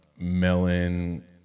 melon